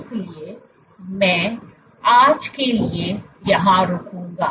इसलिए मैं आज के लिए यहां रुकूंगा